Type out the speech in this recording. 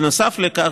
בנוסף לכך,